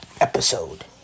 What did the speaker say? episode